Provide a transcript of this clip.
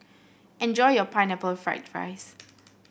enjoy your Pineapple Fried Rice